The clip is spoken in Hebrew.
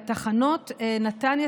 והתחנות נתניה,